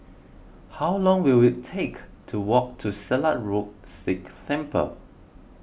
how long will it take to walk to Silat Road Sikh Temple